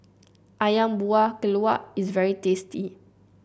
ayam Buah Keluak is very tasty